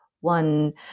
One